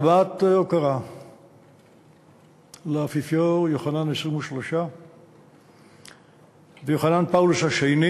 להבעת הוקרה לאפיפיור יוחנן ה-23 ויוחנן פאולוס השני